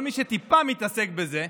כל מי שטיפה מתעסק בזה,